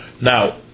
Now